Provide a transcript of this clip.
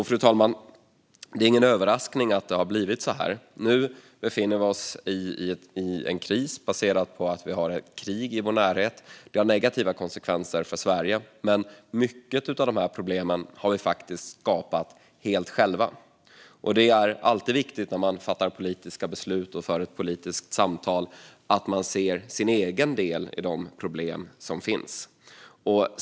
Fru talman! Det är ingen överraskning att det har blivit så här. Nu befinner vi oss i en kris baserad på att vi har ett krig i vår närhet. Det har negativa konsekvenser för Sverige. Men många av de problemen har vi skapat helt själva. Det är alltid viktigt när man fattar politiska beslut och för ett politiskt samtal att man ser sin egen del i de problem som finns.